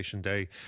Day